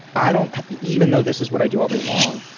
i don't even know this is what i do all day long.